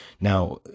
Now